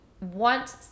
want